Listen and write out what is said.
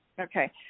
Okay